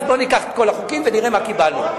בוא ניקח את כל החוקים ונראה מה קיבלנו.